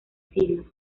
siglos